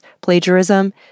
plagiarism